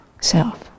self